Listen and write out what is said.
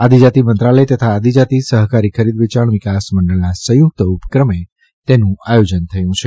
આદિજાતિ મંત્રાલય તથા આદિજાતિ સહકારી ખરીદવેયાણ વિકાસમંડળના સંયુક્ત ઉપક્રમે તેનું આયોજન થયું છે